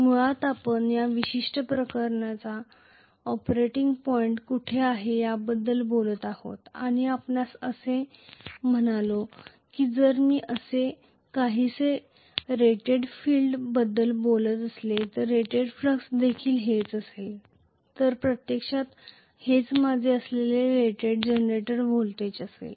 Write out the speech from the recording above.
मुळात आपण या विशिष्ट प्रकरणाचा ऑपरेटिंग पॉईंट कुठे आहे याबद्दल बोलत होतो आणि आपण असे म्हणालो की जर मी असे काहीसे रेटेड फिल्ड बद्दल बोलत असेल तर रेटेड फ्लक्स देखील हेच असेल तर प्रत्यक्षात हे माझे रेटेड जनरेट व्होल्टेज असेल